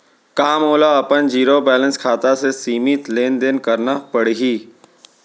का मोला अपन जीरो बैलेंस खाता से सीमित लेनदेन करना पड़हि?